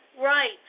Right